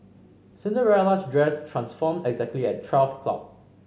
Cinderella's dress transformed exactly at twelve o'clock